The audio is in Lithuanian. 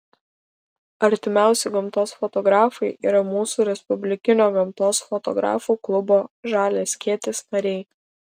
artimiausi gamtos fotografai yra mūsų respublikinio gamtos fotografų klubo žalias skėtis nariai